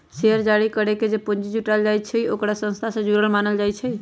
share जारी करके जे पूंजी जुटाएल जाई छई ओकरा संस्था से जुरल मानल जाई छई